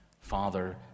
Father